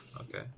Okay